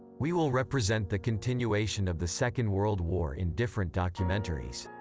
we will represent the continuation of the second world war in different documentaries.